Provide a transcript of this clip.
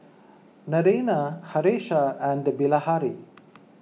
Naraina Haresh and Bilahari